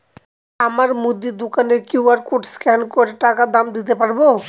আমার মুদি দোকানের কিউ.আর কোড স্ক্যান করে টাকা দাম দিতে পারব?